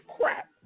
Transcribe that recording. crap